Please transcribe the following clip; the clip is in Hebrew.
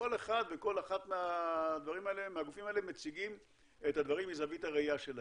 כל אחד וכל אחת מהגופים האלה מציגים את הדברים מזווית הראייה שלהם.